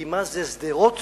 כי מה זה שדרות